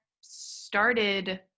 started